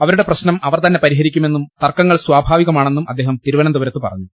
അവരുടെ പ്രശ്നം അവർതന്നെ പരിഹരിക്കുമെന്നും തർക്ക ങ്ങൾ സ്വാഭാവികമാണെന്നും അദ്ദേഹം തിരുവനന്തപുരത്ത് പറ ഞ്ഞു